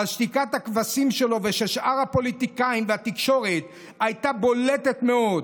אבל שתיקת הכבשים שלו ושל שאר הפוליטיקאים והתקשורת הייתה בולטת מאוד.